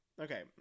Okay